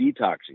detoxing